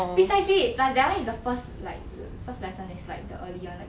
precisely plus that [one] is the first like first lesson is like the early [one]